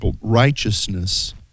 righteousness